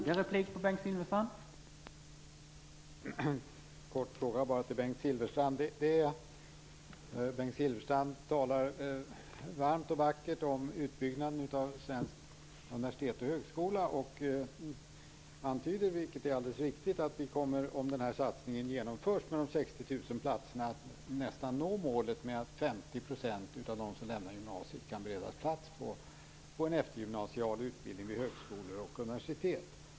Herr talman! Jag har en kort fråga till Bengt Silfverstrand. Han talar varmt och vackert om utbyggnaden av Sveriges universitet och högskola och antyder, vilket är alldeles riktigt, att vi, om satsningen med de 60 000 platserna genomförs, nästan kommer att nå målet om att 50 % av de som lämnat gymnasiet kan beredas plats på en eftergymnasial utbildning vid högskolor och universitet.